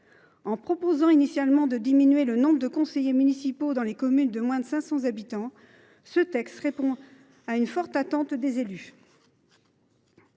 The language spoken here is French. En prévoyant de diminuer le nombre de conseillers municipaux dans les communes de moins de 500 habitants, ce texte répond à une forte attente des élus.